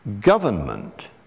government